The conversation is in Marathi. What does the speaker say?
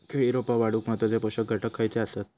केळी रोपा वाढूक महत्वाचे पोषक घटक खयचे आसत?